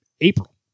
April